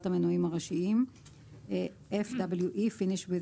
המנועים הראשיים (FWE-Finish with